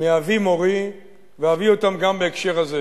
מאבי מורי ואביא אותם גם בהקשר הזה.